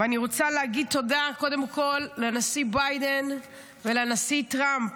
אני רוצה להגיד תודה קודם כול לנשיא ביידן ולנשיא טראמפ,